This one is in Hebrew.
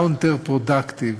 counterproductive.